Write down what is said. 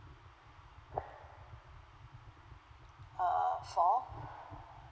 err four